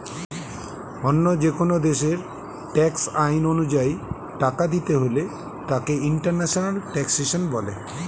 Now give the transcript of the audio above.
অন্য যেকোন দেশের ট্যাক্স আইন অনুযায়ী টাকা দিতে হলে তাকে ইন্টারন্যাশনাল ট্যাক্সেশন বলে